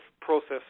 process